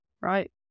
right